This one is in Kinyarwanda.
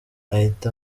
ahita